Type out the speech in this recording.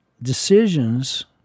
Decisions